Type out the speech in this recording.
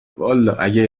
والا، اگه